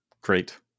great